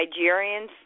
Nigerians